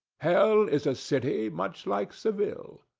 hell is a city much like seville.